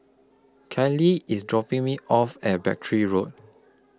Kylee IS dropping Me off At Battery Road